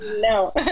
No